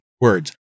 words